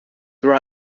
there